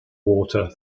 water